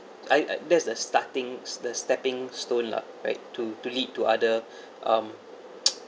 I I that's the starting the stepping stone lah right to to lead to other um